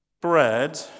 bread